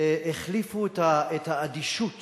החליפו את האדישות